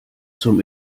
zum